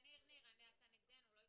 ניר, אתה נגדנו, לא אתנו.